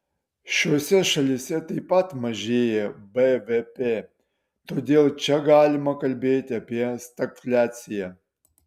šiose šalyse taip pat mažėja bvp todėl čia galima kalbėti apie stagfliaciją